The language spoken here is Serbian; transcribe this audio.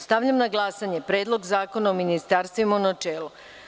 Stavljam na glasanje Predlog zakona o ministarstvima, u načelu.